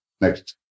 Next